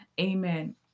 Amen